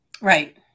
Right